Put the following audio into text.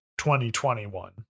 2021